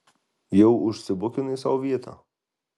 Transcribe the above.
jau užsibukinai sau vietą